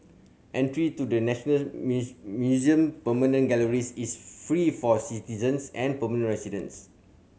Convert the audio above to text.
entry to the National Museum permanent galleries is free for citizens and permanent residents